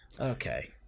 Okay